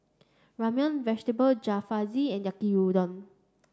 Ramyeon vegetable Jalfrezi and Yaki Udon